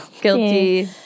Guilty